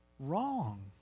wrong